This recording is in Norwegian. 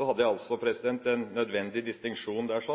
hadde jeg altså en nødvendig distinksjon der: